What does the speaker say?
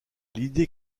l’idée